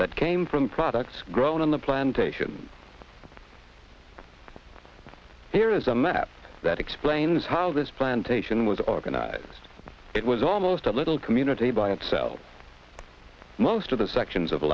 that came from products grown on the plantation there is a map that explains how this plantation was organized it was almost a little community by itself most of the sections of